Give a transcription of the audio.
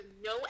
no